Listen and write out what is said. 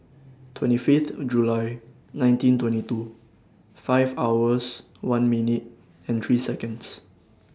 twenty Fifth July nineteen twenty two five hours one minute and three Seconds